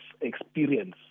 experience